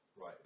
Right